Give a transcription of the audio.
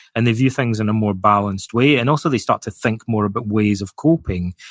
and they view things in a more balanced way, and also they start to think more about ways of coping.